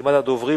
ראשון הדוברים,